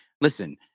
Listen